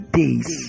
days